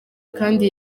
kandi